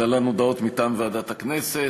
להלן הודעות מטעם ועדת הכנסת,